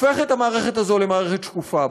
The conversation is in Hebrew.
והופך את המערכת הזאת למערכת שקופה.